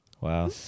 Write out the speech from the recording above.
Wow